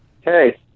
Hey